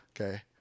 Okay